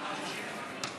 נגד איוב